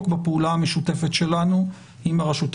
בפעולה המשותפת שלנו עם הרשות המבצעת.